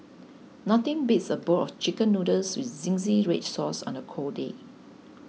nothing beats a bowl of Chicken Noodles with Zingy Red Sauce on a cold day